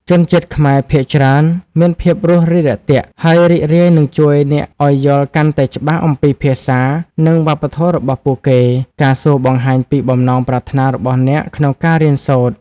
ជនជាតិខ្មែរភាគច្រើនមានភាពរួសរាយរាក់ទាក់ ហើយរីករាយនឹងជួយអ្នកឱ្យយល់កាន់តែច្បាស់អំពីភាសា និងវប្បធម៌របស់ពួកគេ ការសួរបង្ហាញពីបំណងប្រាថ្នារបស់អ្នកក្នុងការរៀនសូត្រ។